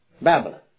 Babylon